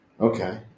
Okay